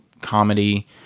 comedy